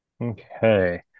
Okay